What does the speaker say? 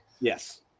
Yes